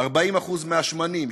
40% מהשמנים,